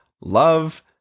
love